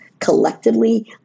collectively